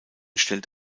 stellt